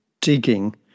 digging